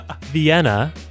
Vienna